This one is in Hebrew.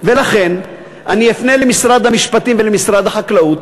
ולכן אני אפנה למשרד המשפטים ולמשרד החקלאות,